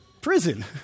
prison